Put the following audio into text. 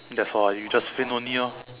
that's all ah you just faint only orh